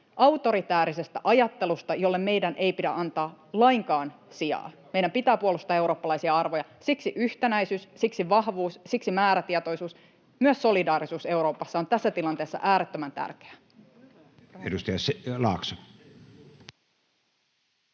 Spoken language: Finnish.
autoritäärisestä ajattelusta, jolle meidän ei pidä antaa lainkaan sijaa. [Sanni Grahn-Laasosen välihuuto] Meidän pitää puolustaa eurooppalaisia arvoja. Siksi yhtenäisyys, siksi vahvuus, siksi määrätietoisuus ja myös solidaarisuus Euroopassa on tässä tilanteessa äärettömän tärkeää.